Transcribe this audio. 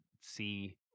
see